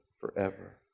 forever